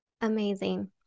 Amazing